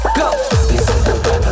go